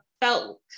felt